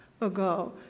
ago